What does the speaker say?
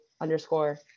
underscore